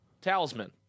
talisman